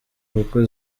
kuko